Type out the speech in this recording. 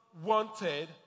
wanted